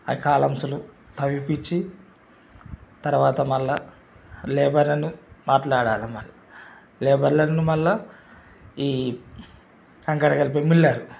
ఆ కాలమ్సులు తవ్విపించి తర్వాత మళ్ళా లేబర్ను మాట్లాడాలి మళ్ళా లేబర్లను మళ్ళా ఈ కంకర కలిపి మిల్లరు